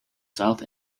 south